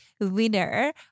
winner